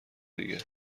دیگه